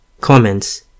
Comments